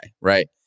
right